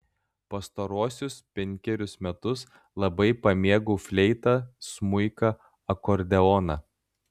pastaruosius penkerius metus labai pamėgau fleitą smuiką akordeoną